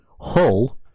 Hull